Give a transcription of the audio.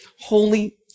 holy